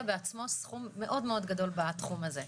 בעצמו סכום מאוד מאוד גדול בתחום הזה,